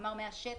כלומר מהשטח,